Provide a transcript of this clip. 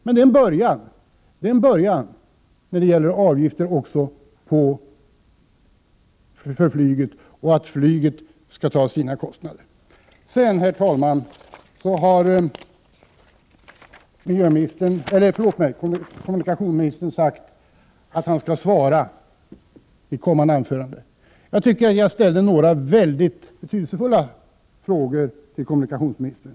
Men vi har i alla fall en början när det gäller avgifter även för flyget och när det gäller att flyget får bära sin del av kostnaderna. Herr talman! Kommunikationsministern har sagt att han skall svara i ett senare inlägg på ställda frågor. Jag ställde några, som jag tycker, väldigt betydelsefulla frågor till kommunikationsministern.